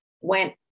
went